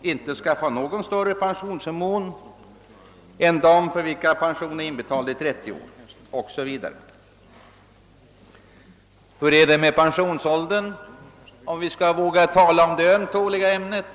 inte skall få någon större pensionsförmån än de för vilka pensionsavgifter är inbetalda under 30 år? Hur är det med pensionsåldern, om vi skall våga tala om det ömtåliga ämnet?